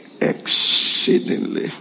Exceedingly